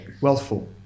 Wealthful